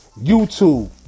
YouTube